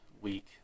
week